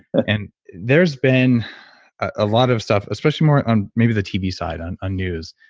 and there's been a lot of stuff, especially more on maybe the tv side on ah news,